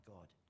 God